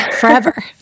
forever